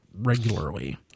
regularly